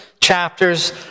chapters